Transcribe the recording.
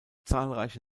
zahlreiche